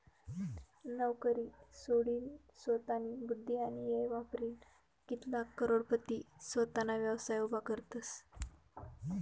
नवकरी सोडीनसोतानी बुध्दी आणि येय वापरीन कित्लाग करोडपती सोताना व्यवसाय उभा करतसं